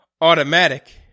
automatic